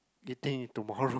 eating it tomorrow